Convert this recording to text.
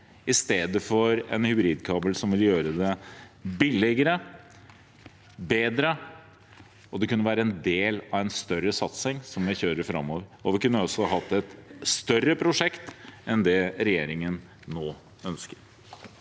i stedet for en hybridkabel, som vil gjøre det billigere og bedre, og som kunne være en del av en større satsing som vi kjører framover. Vi kunne også hatt et større prosjekt enn det regjeringen nå ønsker.